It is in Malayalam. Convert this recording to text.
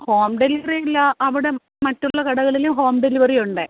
ഹോം ഡെലിവറി ഇല്ല അവിടെ മറ്റുള്ള കടകളിലും ഹോം ഡെലിവറി ഉണ്ട്